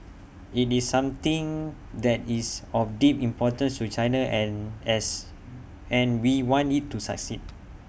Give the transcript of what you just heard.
IT is something that is of deep importance to China and as and we want IT to succeed